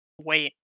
Wait